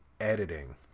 editing